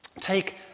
Take